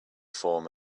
form